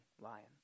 lion